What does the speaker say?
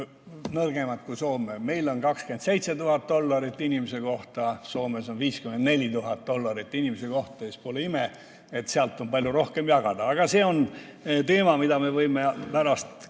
nõrgemad kui Soome, meil on 27 000 dollarit inimese kohta, Soomes on 54 000 dollarit inimese kohta. Pole ime, et sealt on palju rohkem jagada. Aga see on teema, mida me võime pärast kindlasti